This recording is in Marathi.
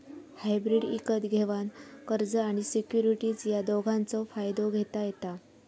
हायब्रीड इकत घेवान कर्ज आणि सिक्युरिटीज या दोघांचव फायदो घेता येता